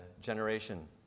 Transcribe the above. generation